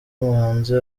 umuhanzi